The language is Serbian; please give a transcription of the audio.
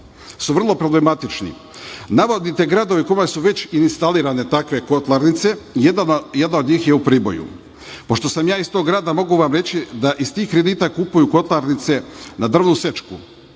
su vrlo problematični. Navodite gradove kojima su već instalirane takve kotlarnice, jedna od njih je u Priboju. Pošto sam ja iz tog grada mogu vam reći da iz tih kredita kupuju kotlarnice na drvnu sečku